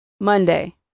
Monday